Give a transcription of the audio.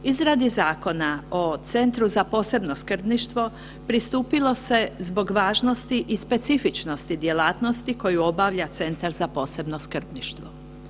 Izradi Zakona o Centru za posebno skrbništvo pristupilo se zbog važnosti i specifičnosti djelatnosti koju obavlja Centar za posebno skrbništvo.